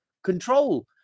control